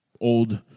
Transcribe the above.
old